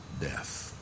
death